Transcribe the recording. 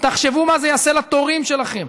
תחשבו מה זה יעשה לתורים שלכם.